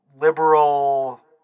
liberal